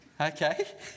Okay